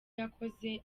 yakoze